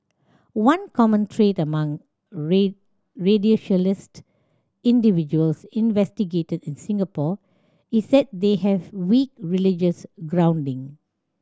one common trait among radicalised individuals investigated in Singapore is that they have weak religious grounding